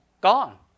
gone